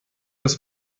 das